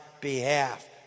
behalf